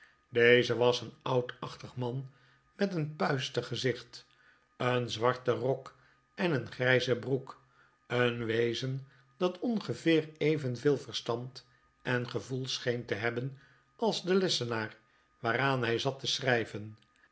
deze was een oudachtig man met een puistig gezicht een zwarten rok en een grijze broek een wezen dat ongeveer evenveel verstand en gevoel scheen te hebben als de lessenaar waaraan hij zat te schrijven